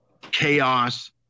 chaos